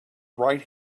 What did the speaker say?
right